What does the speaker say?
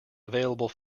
available